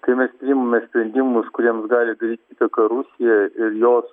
kai mes priimame sprendimus kuriems gali daryt įtaką rusija ir jos